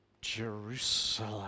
Jerusalem